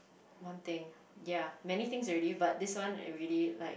one thing ya many things already but this one really like